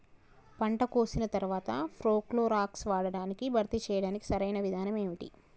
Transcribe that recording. పంట కోసిన తర్వాత ప్రోక్లోరాక్స్ వాడకాన్ని భర్తీ చేయడానికి సరియైన విధానం ఏమిటి?